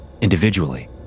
Individually